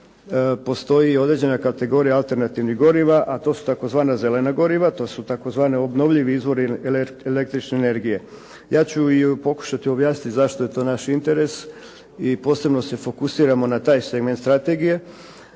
postoji određena kategorija alternativnih goriva a to su tzv. Zelena goriva, to su tzv. Obnovljivi izvori električne energije. Ja ću objasniti zašto je to naš interes i posebno se fokusiramo na taj segment Strategije,